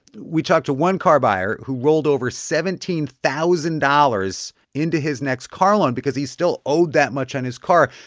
we talked to one car buyer who rolled over seventeen thousand dollars into his next car loan because he still owed that much much on his car.